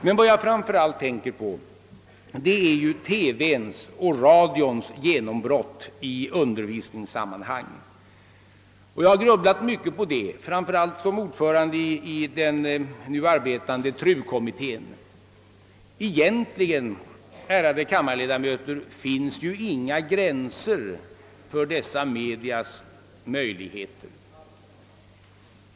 Men vad jag framför allt tänker på är televisionens och radions genombrott i undervisningssammanhang. Jag har grubblat mycket på TV:s och radions roll i undervisningen, framför allt som ordförande i den nu arbetande TRU-kommittén. Egentligen, ärade kammarledamöter, finns det ju inga gränser för dessa medias möjligheter.